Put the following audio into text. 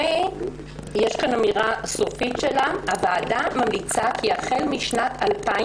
ויש כאן אמירה סופית: "הוועדה ממליצה כי החל משנת 2009"